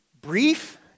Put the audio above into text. brief